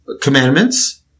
commandments